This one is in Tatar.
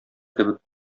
кебек